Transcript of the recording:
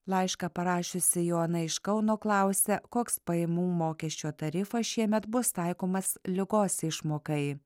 laišką parašiusi joana iš kauno klausia koks pajamų mokesčio tarifas šiemet bus taikomas ligos išmokai